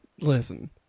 listen